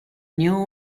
new